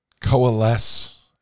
coalesce